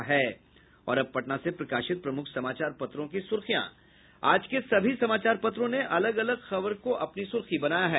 और अब पटना से प्रकाशित प्रमुख समाचार पत्रों की सुर्खियां आज के सभी समाचार पत्रों ने अलग अलग खबर को अपनी सुर्खी बनाया है